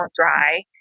dry